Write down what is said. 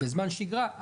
בזמן שגרה,